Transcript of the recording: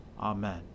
Amen